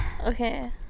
Okay